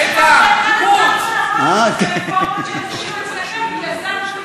רפורמות שהתחילו אצלכם,